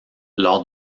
lors